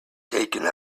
taken